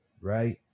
right